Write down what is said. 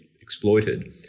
exploited